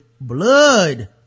blood